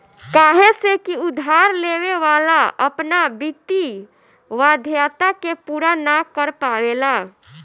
काहे से की उधार लेवे वाला अपना वित्तीय वाध्यता के पूरा ना कर पावेला